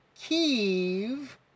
Kiev